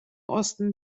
osten